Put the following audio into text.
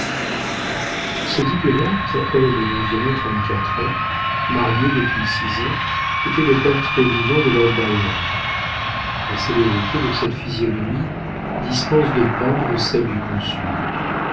ce diplomate homme d'environ trente-quatre ans marié depuis six ans était le portrait vivant de lord byron la célébrité de cette physionomie dispense de peindre celle du consul